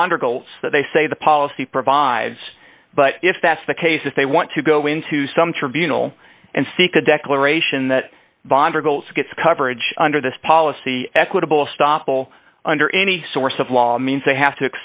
bond or goals that they say the policy provides but if that's the case if they want to go into some tribunal and seek a declaration that boggles gets coverage under this policy equitable stoppel under any source of law means they have to